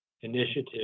initiative